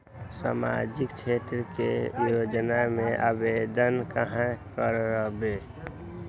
सामाजिक क्षेत्र के योजना में आवेदन कहाँ करवे?